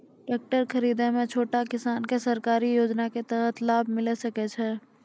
Tractor खरीदै मे छोटो किसान के सरकारी योजना के तहत लाभ मिलै सकै छै?